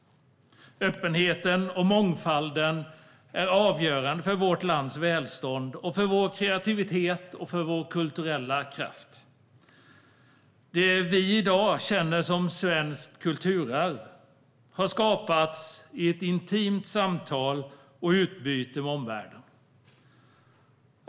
Öppenheten och mångfalden är avgörande för vårt lands välstånd och för vår kreativitet och kulturella kraft. Det som vi i dag känner som svenskt kulturarv har skapats i ett intimt samtal och utbyte med omvärlden.